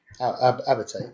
Abate